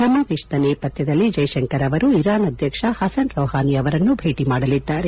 ಸಮಾವೇಶ ನೇಪಥ್ನದಲ್ಲಿ ಜೈಸಂಕರ್ ಅವರು ಇರಾನ್ ಅಧ್ಯಕ್ಷ ಹಸನ್ ರೌಹಾನಿ ಅವರನ್ನು ಭೇಟಿ ಮಾಡಲಿದ್ದಾರೆ